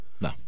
No